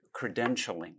credentialing